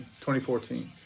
2014